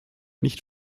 nicht